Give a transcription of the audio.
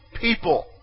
people